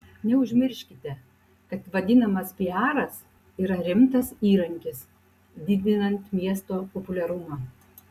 neužmirškite kad vadinamas piaras yra rimtas įrankis didinant miesto populiarumą